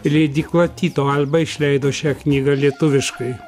leidykla tyto alba išleido šią knygą lietuviškai